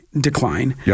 decline